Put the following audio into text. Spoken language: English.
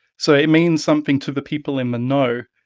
so it means something to the people in the know.